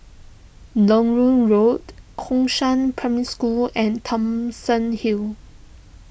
Larut Road Gongshang Primary School and Thomson Hill